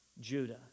Judah